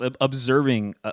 observing